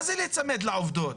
מה זה להצמד לעובדות?